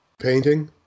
Painting